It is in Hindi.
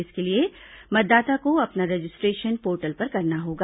इसके लिए मतदाता को अपना रजिस्ट्रेशन पोर्टल पर करना होगा